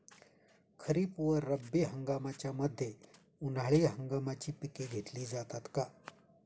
खरीप व रब्बी हंगामाच्या मध्ये उन्हाळी हंगामाची पिके घेतली जातात का?